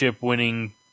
winning